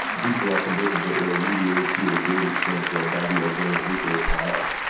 these were all conditions that were alleviated to a great extent so by the advent of nuclear power.